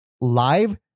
live